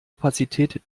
opazität